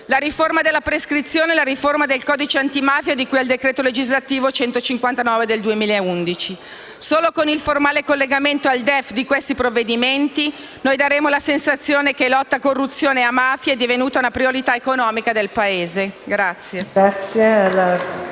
la riforma della prescrizione e la riforma del codice antimafia di cui al decreto legislativo n. 159 del 2011. Solo con il formale collegamento al DEF di questi provvedimenti noi daremo la sensazione che la lotta alla corruzione e alla mafia è divenuta una priorità economica del Paese.